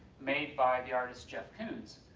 made by the artist jeff koons.